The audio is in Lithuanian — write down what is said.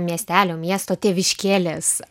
miestelio miesto tėviškėlės